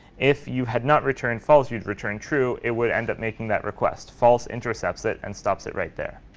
if you had not returned false, you'd return true. it would end up making that request. false intercepts it and stops it right there.